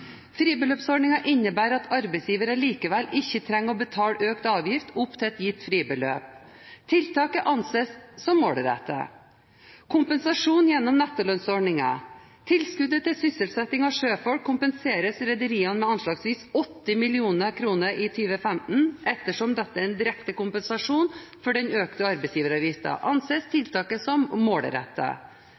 Fribeløpsordningen innebærer at arbeidsgivere likevel ikke trenger å betale økt avgift opp til et gitt fribeløp. Tiltaket anses derfor som målrettet.» Når det gjelder kompensasjon gjennom nettolønnsordninger, står det følgende i meldingen: «Tilskuddet til sysselsetting av sjøfolk kompenserer rederiene med anslagsvis 80 mill. kroner i 2015. Ettersom dette er en direkte kompensasjon for den økte arbeidsgiveravgiften, anses tiltaket som